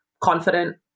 confident